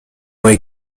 way